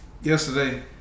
Yesterday